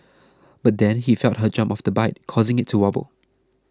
but then he felt her jump off the bike causing it to wobble